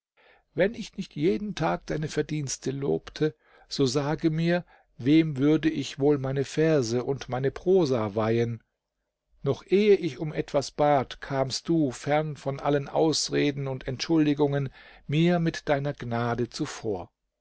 wenn ich nicht jeden tag deine verdienste lobte so sage mir wem würde ich wohl meine verse und meine prosa weihen noch ehe ich um etwas bat kamst du fern von allen ausreden und entschuldigungen mir mit deiner gnade zuvor